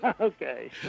okay